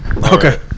Okay